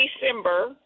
December